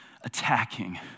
attacking